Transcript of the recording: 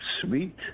Sweet